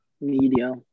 Media